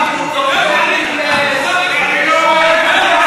בסדר-היום של הכנסת נתקבלה.